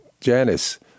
Janice